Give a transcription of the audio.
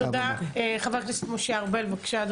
חבר הכנסת משה ארבל, בבקשה.